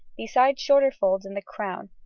besides shorter folds in the crown,